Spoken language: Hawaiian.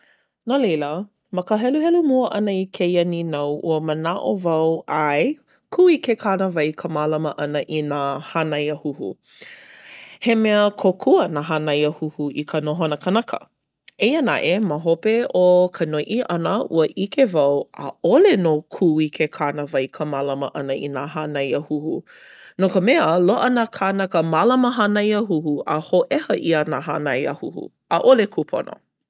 No leila ma ka heluhelu mua ʻana i kēia nīnau ua manaʻo wau ʻae, kū i ke kānāwai ka mālama ʻana i nā hānaiahuhu. He mea kōkua nā hānaiahuhu i ka nohona kanaka. Eia naʻe ma hope o ka noiʻi ʻana ua ʻike wau ʻaʻole nō kū i ke kānāwai ka mālama ʻana i nā hānaiahuhu. No ka mea loaʻa nā kānaka mālama hānaiahuhu a hōʻeha ʻia nā hānaiahuhu. ʻAʻole kūpono.